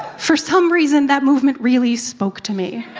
for some reason, that movement really spoke to me.